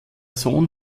sohn